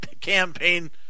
campaign